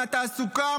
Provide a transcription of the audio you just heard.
מהתעסוקה,